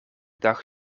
dag